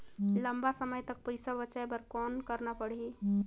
लंबा समय तक पइसा बचाये बर कौन करना पड़ही?